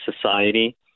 society